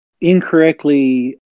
incorrectly